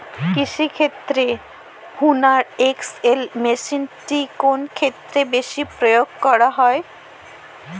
কৃষিক্ষেত্রে Hoover XL মেশিনটি কোন ক্ষেত্রে বেশি প্রয়োগ করা হয়?